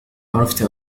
عرفت